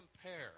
compare